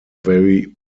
very